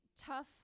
tough